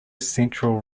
central